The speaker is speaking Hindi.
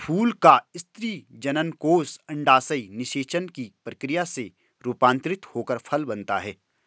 फूल का स्त्री जननकोष अंडाशय निषेचन की प्रक्रिया से रूपान्तरित होकर फल बनता है